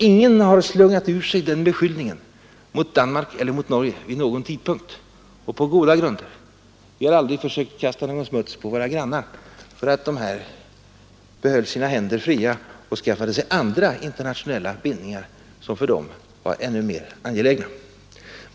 Ingen har slungat ur sig den beskyllningen mot Danmark eller mot Norge vid någon tidpunkt, och det är på goda grunder man har avstått från det. Vi har aldrig försökt kasta någon smuts på våra grannar för att de ville behålla sina händer fria och skaffade sig andra internationella bindningar som för dem var ännu mer angelägna.